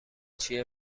چیه